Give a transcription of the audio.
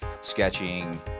sketching